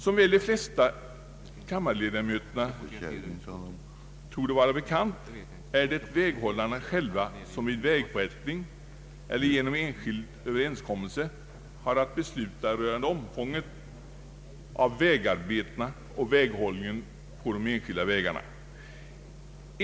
Som väl de flesta kammarledamöterna torde känna till är det väghållarna själva som vid vägförrättning eller genom enskild överenskommelse har att besluta rörande omfånget av vägarbeten och väghållning på de enskilda vägarna.